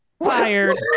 Fired